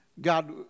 God